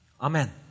Amen